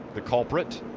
the culprit.